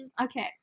Okay